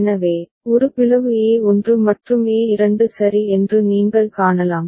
எனவே ஒரு பிளவு a1 மற்றும் a2 சரி என்று நீங்கள் காணலாம்